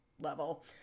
level